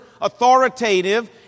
authoritative